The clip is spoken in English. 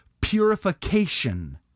purification